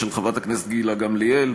של חברת הכנסת גילה גמליאל,